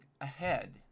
ahead